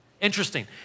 Interesting